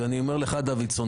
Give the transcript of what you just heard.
ואני אומר לך דוידסון,